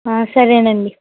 సరేనండి